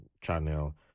channel